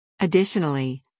Additionally